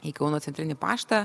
į kauno centrinį paštą